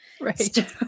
Right